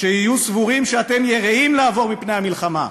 שיהיו סבורים שאתם יראים לעבור מפני המלחמה.